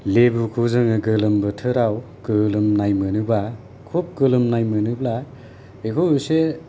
लेबुखौ जोङो गोलोम बोथोराव गोलोमनाय मोनोब्ला खुब गोलोमनाय मोनोबा बेखौ एसे देहायावबो